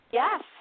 yes